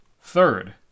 Third